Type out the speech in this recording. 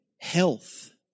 Health